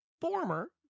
former